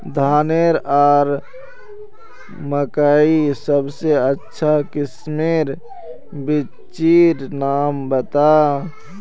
धानेर आर मकई सबसे अच्छा किस्मेर बिच्चिर नाम बता?